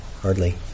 hardly